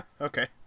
Okay